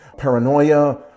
paranoia